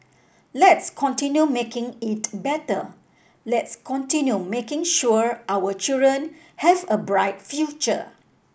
let's continue making it better let's continue making sure our children have a bright future